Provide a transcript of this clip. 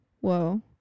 Whoa